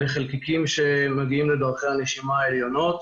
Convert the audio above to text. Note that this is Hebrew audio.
אלה חלקיקים שמגיעים לדרכי הנשימה העליונות,